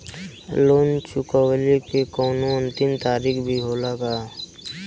Loan चुकवले के कौनो अंतिम तारीख भी होला का?